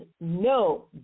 no